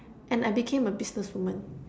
and I became a businesswoman